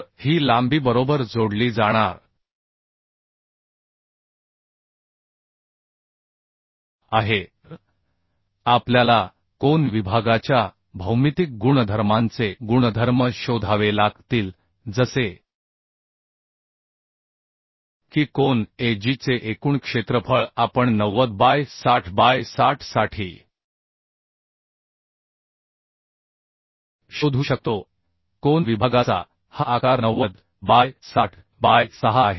तर ही लांबी बरोबर जोडली जाणार आहे तर आपल्याला कोन विभागाच्या भौमितिक गुणधर्मांचे गुणधर्म शोधावे लागतील जसे की कोन a g चे एकूण क्षेत्रफळ आपण 90 बाय 60 बाय 60 साठी शोधू शकतो कोन विभागाचा हा आकार 90 बाय 60 बाय 6 आहे